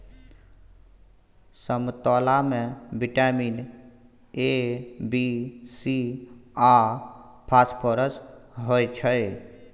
समतोला मे vitamin A, B, C आ फास्फोरस होइ छै